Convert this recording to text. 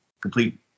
complete